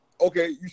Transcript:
okay